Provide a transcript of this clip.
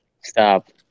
Stop